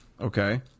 Okay